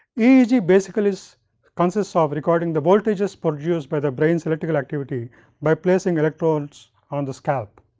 eeg basically is consists ah of recording the voltages produced by the brains electrical activity by placing electrodes on the scalp.